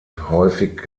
häufig